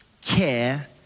care